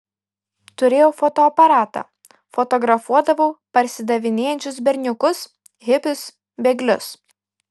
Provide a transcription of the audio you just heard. turėjau fotoaparatą fotografuodavau parsidavinėjančius berniukus hipius bėglius